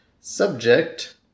Subject